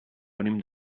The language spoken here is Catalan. venim